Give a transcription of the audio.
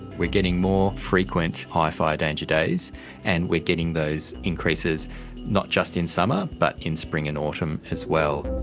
we're getting more frequent high fire danger days and we're getting those increases not just in summer but in spring and autumn as well.